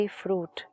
fruit